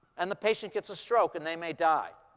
and the patient gets a stroke. and they may die.